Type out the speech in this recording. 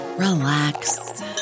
relax